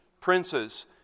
princes